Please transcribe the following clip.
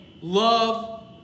love